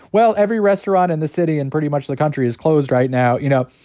well, every restaurant in the city, and pretty much the country, is closed right now. you know,